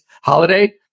holiday